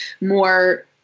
more